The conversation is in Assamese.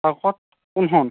পাৰ্কত কোনখন